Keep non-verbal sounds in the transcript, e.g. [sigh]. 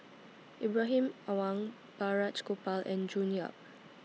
Ibrahim Awang Balraj Gopal and [noise] June Yap